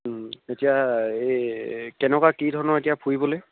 এতিয়া এই কেনেকুৱা কি ধৰণৰ এতিয়া ফুৰিবলৈ